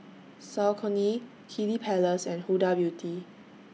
Saucony Kiddy Palace and Huda Beauty